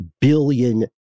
billion